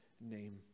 name